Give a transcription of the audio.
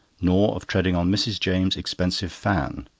nor of treading on mrs. james's expensive fan,